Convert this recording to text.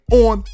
on